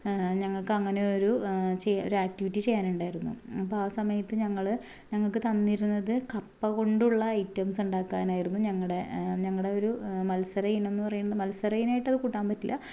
ഞങ്ങൾക്ക് അങ്ങനെ ഒരു ആക്ടിവിറ്റി ചെയ്യാനുണ്ടായിരുന്നു അപ്പം ആ സമയത്ത് ഞങ്ങൾ ഞങ്ങൾക്ക് തന്നിരുന്നത് കപ്പ കൊണ്ടുള്ള ഐറ്റംസ്സ് ഉണ്ടാക്കാനായിരുന്നു ഞങ്ങളുടെ ഞങ്ങളുടെ ഒരു മത്സര ഇനം എന്ന് പറയുന്നത് മത്സര ഇനമായിട്ട് അത് കൂട്ടാൻ പറ്റില്ല